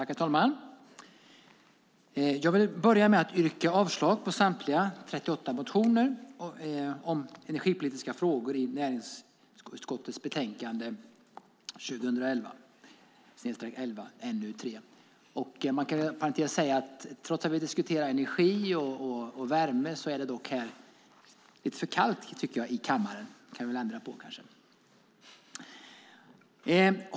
Herr talman! Jag vill börja med att yrka avslag på samtliga 38 motioner om energipolitiska frågor i näringsutskottets betänkande 2011/12:NU3. Inom parentes kan jag säga att trots att vi diskuterar energi och värme är det lite för kallt i kammaren. Det kanske vi kan ändra på.